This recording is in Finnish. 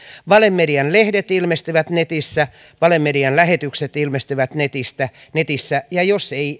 valemedian lehdet ilmestyvät netissä valemedian lähetykset ilmestyvät netissä ja jos ei